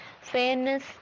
fairness